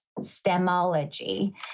Stemology